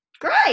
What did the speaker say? Great